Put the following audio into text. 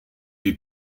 die